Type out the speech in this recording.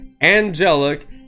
angelic